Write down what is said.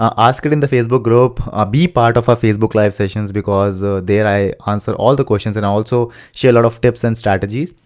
ah ask it in the facebook group. ah be part of our facebook live sessions because there i answer all the questions and also share a lot of tips and strategies.